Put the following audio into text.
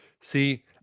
See